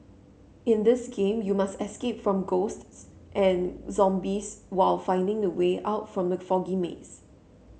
in this game you must escape from ghosts and zombies while finding the way out from the foggy maze